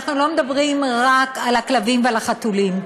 אנחנו לא מדברים רק על הכלבים ועל החתולים,